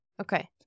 Okay